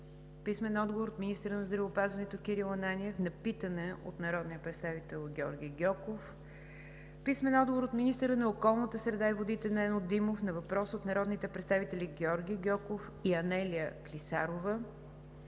Гьоков; - министъра на здравеопазването Кирил Ананиев на питане от народния представител Георги Гьоков; - министъра на околната среда и водите Нено Димов на въпрос от народните представители Георги Гьоков и Анелия Клисарова;